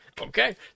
Okay